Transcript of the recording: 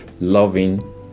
loving